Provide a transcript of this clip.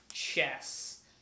Chess